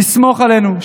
לסמוך עלינו,